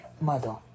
mother